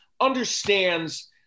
understands